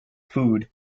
food